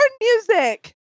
music